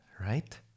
Right